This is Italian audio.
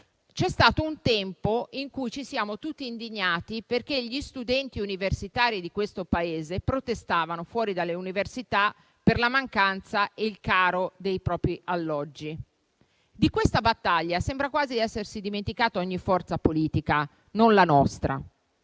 C'è stato un tempo in cui ci siamo indignati tutti perché gli studenti universitari di questo Paese protestavano fuori dalle università per la mancanza e il rincaro degli alloggi. Di questa battaglia sembra quasi essersi dimenticata ogni forza politica, ma non la nostra.